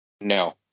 No